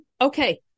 okay